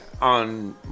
on